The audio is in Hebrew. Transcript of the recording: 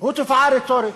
תופעה רטורית.